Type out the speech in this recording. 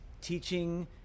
teaching